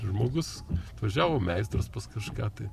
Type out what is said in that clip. žmogus atvažiavo meistras pas kažką tai